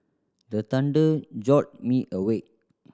the thunder jolt me awake